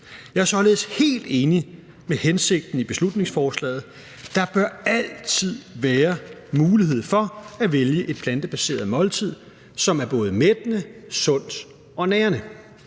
Jeg er således helt enig i hensigten med beslutningsforslaget. Der bør altid være mulighed for at vælge et plantebaseret måltid, som er både mættende, sundt og nærende,